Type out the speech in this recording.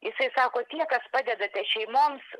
jisai sako tie kas padedate šeimoms